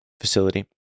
facility